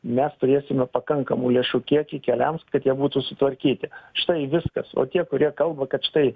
mes turėsime pakankamų lėšų kiekį keliams kad jie būtų sutvarkyti štai viskas o tie kurie kalba kad štai